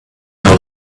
how